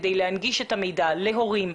כדי להנגיש את המידע - להורים,